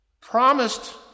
promised